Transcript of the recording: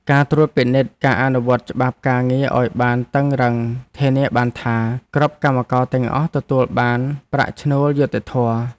ការត្រួតពិនិត្យការអនុវត្តច្បាប់ការងារឱ្យបានតឹងរ៉ឹងធានាបានថា គ្រប់កម្មករទាំងអស់ទទួលបានប្រាក់ឈ្នួលយុត្តិធម៌។